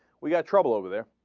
we had trouble over there